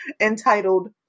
entitled